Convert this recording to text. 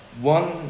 one